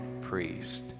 priest